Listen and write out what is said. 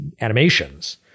animations